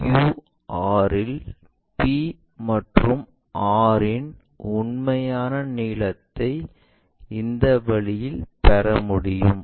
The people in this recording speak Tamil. pqr இல் p மற்றும் r இன் உண்மையான நீளத்தைக் இந்த வழியில் பெற முடியும்